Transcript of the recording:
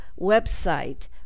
website